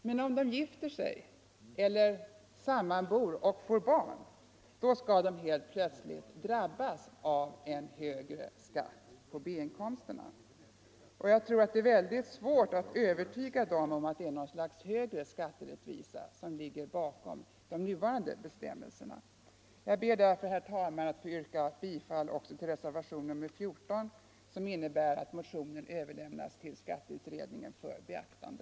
Men om de gifter sig eller sammanbor och får barn, skall de helt plötsligt drabbas av en högre skatt på B-inkomsterna. Jag tror att det är mycket svårt att övertyga dem om att det är något slags högre skatterättvisa som ligger bakom de nuvarande bestämmelserna. Jag ber därför, herr talman, att få yrka bifall till reservationen 14 vid skatteutskottets betänkande nr 54, där det hemställs att motionen 148 måtte överlämnas till skatteutredningen för beaktande.